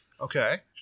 Okay